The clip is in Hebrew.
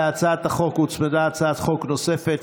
להצעת החוק הוצמדה הצעת חוק נוספת,